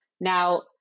Now